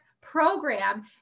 program